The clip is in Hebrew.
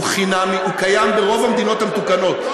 הוא קיים ברוב המדינות המתוקנות.